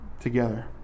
together